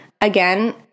again